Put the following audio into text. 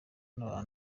n’abantu